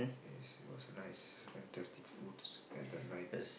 yes it was nice fantastic foods at the night